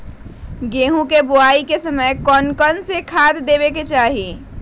गेंहू के बोआई के समय कौन कौन से खाद देवे के चाही?